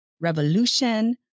revolution